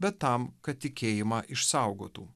bet tam kad tikėjimą išsaugotų